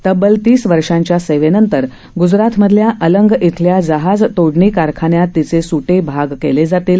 तब्बल तीस वर्षाच्या सेवेनंतर ग्जरातमधल्या अलंग इथल्या जहाज तोडणी कारखान्यात तिचे स्ट्टे भाग केले जातील